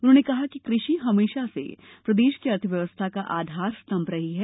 उन्होंने कहा कि कृषि हमेशा से प्रदेश की अर्थ व्यवस्था का आधार स्तंभ रही है